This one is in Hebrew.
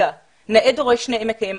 נאה דורש נאה מקיים.